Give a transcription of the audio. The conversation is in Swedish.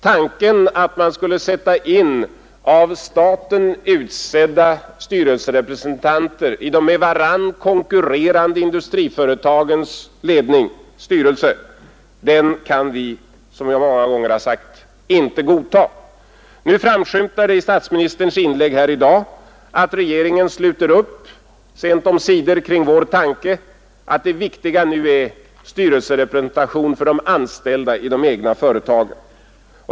Tanken att man skulle sätta in av staten utsedda styrelserepresentanter i de med varann konkurrerande industriföretagens styrelser kan vi, som jag många gånger har sagt, inte godta. Nu framskymtar det i statsministerns inlägg här i dag att regeringen sluter upp, sent omsider, kring vår tanke att det viktiga nu är styrelserepresentation för de anställda i de egna företagen.